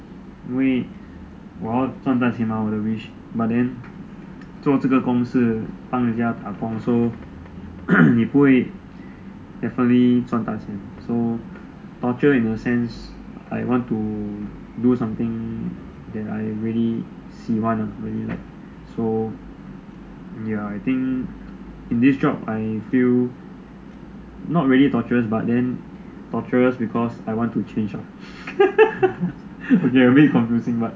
因为我要赚大钱 mah 我的 wish 做这个工是帮人家打工 so 你不会 definitely 赚大钱 so torture in a sense I want to do something that I really 喜欢啊 maybe like so ya in this job I feel not really torturous but torturous because I want to change ah okay a bit confusing but